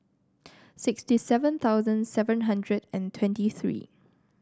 sixty seven thousand seven hundred and twenty three